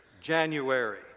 January